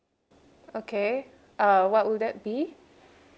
okay uh what would that be